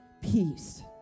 Peace